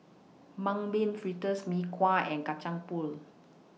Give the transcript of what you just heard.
Mung Bean Fritters Mee Kuah and Kacang Pool